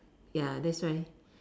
ya that's why